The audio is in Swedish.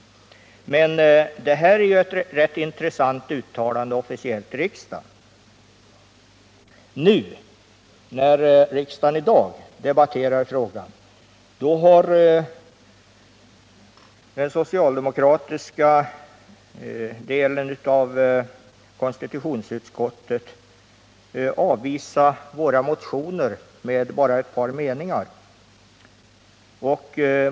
Men detta är ju ett intressant officiellt uttalande i riksdagen. När riksdagen i dag debatterar frågan har den socialdemokratiska delen av konstitutionsutskottet avvisat våra motioner med bara ett par meningar.